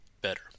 better